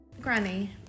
Granny